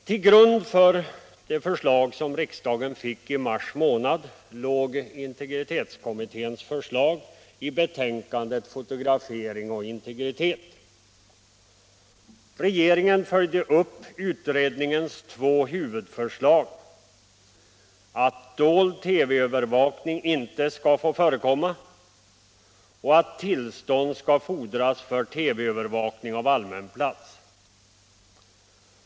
Till grund för det förslag som frågan fick i mars månad låg integritetskommitténs förslag i betänkandet Fotografering och integritet. Regeringen följde upp utredningens två huvudförslag att dold TV-övervakning inte skulle få förekomma och att tillstånd skall fordras för TV övervakning av allmän plats.